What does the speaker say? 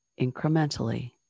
incrementally